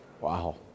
Wow